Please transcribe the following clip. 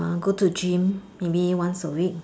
go to gym maybe once a week